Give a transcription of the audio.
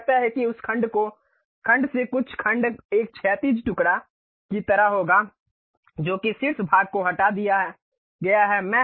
मुझे लगता है कि उस खंड से कुछ खंड एक क्षैतिज टुकड़ा की तरह होगा जो कि शीर्ष भाग को हटा दिया गया है